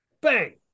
bang